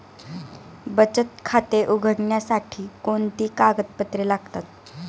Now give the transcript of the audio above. बचत खाते उघडण्यासाठी कोणती कागदपत्रे लागतात?